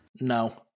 No